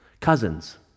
cousins